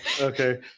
Okay